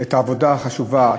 את העבודה החשובה,